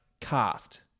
cast